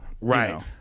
right